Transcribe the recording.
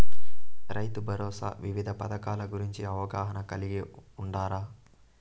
రైతుభరోసా వివిధ పథకాల గురించి అవగాహన కలిగి వుండారా?